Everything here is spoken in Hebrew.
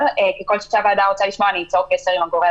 ככל שהוועדה רוצה לשמוע אני אצור קשר עם הגורם